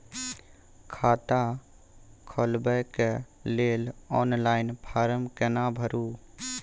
खाता खोलबेके लेल ऑनलाइन फारम केना भरु?